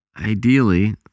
Ideally